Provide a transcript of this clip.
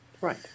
Right